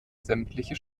sämtliche